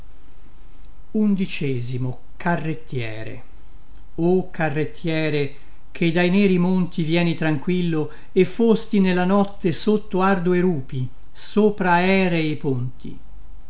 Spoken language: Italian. o carrettiere che dai neri monti vieni tranquillo e fosti nella notte sotto ardue rupi sopra aerei ponti